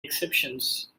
exceptions